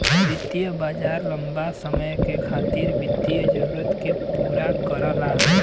वित्तीय बाजार लम्बा समय के खातिर वित्तीय जरूरत के पूरा करला